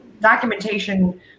documentation